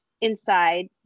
inside